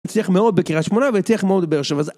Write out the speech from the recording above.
הצליח מאוד בקרית שמונה והצליח מאוד בבאר שבע זה